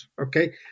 okay